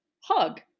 hug